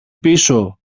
πίσω